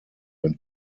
when